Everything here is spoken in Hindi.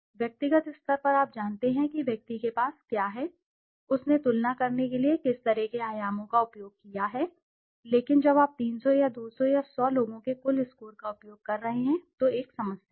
व्यक्तिगत स्तर पर आप जानते हैं कि व्यक्ति के पास क्या है उसने तुलना करने के लिए किस तरह के आयामों का उपयोग किया है लेकिन जब आप 300 या 200 या 100 लोगों के कुल स्कोर का उपयोग कर रहे हैं तो एक समस्या है